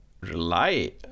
rely